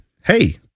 Hey